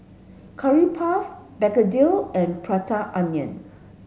curry puff Begedil and Prata Onion